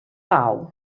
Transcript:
pau